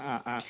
ആ ആ